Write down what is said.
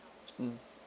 mm